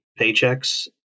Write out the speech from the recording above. paychecks